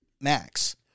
Max